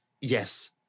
yes